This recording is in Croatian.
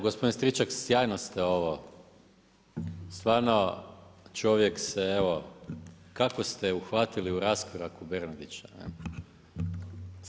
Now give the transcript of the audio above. Gospodin Stričak, sjajno ste ovo stvarno čovjek se evo, kao ste uhvatili u raskoraku Bernardića, ne.